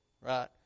right